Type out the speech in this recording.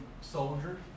soldier